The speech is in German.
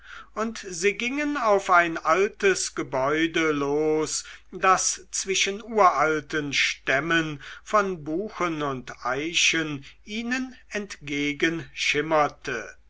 und sie gingen auf ein altes gebäude los das zwischen uralten stämmen von buchen und eichen ihnen